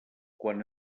quan